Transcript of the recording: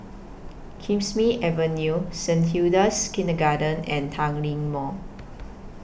Kismis Avenue Saint Hilda's Kindergarten and Tanglin Mall